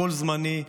הכול זמני,